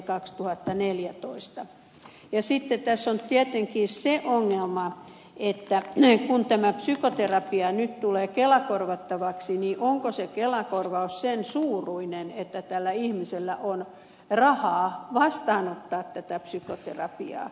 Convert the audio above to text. sitten tässä on tietenkin se ongelma että kun tämä psykoterapia nyt tulee kelakorvattavaksi niin onko se kelakorvaus sen suuruinen että tällä ihmisellä on rahaa vastaanottaa tätä psykoterapiaa